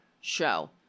show